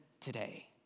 today